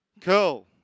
cool